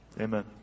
Amen